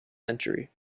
century